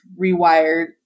rewired